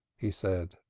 he said.